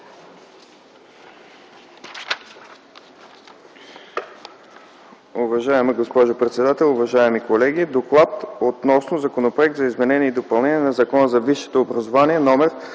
Уважаема госпожо председател, уважаеми колеги! „ДОКЛАД Относно Законопроект за изменение и допълнение на Закона за висшето образование, №